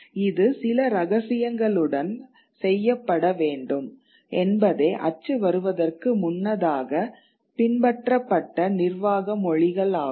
இது சில ரகசியங்களுடன் செய்யப்பட வேண்டும் என்பதே அச்சு வருவதற்கு முன்னதாக பின்பற்றப்பட்ட நிர்வாக மொழிகள் ஆகும்